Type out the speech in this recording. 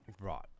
Right